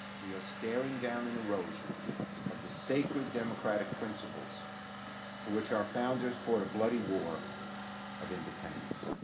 we are staring down an erosion of the sacred democratic principles for which our founders fought a bloodied war of independence.